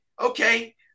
okay